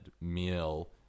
meal